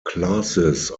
classes